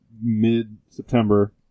mid-September